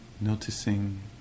noticing